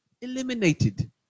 eliminated